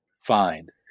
find